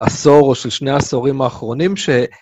עשור או של שני העשורים האחרונים ש...